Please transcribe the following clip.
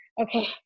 okay